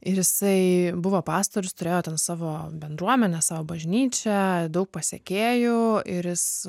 ir jisai buvo pastorius turėjo ten savo bendruomenę savo bažnyčią daug pasekėjų ir jis